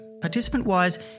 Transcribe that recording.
Participant-wise